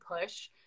push